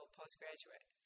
postgraduate